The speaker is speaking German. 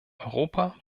europa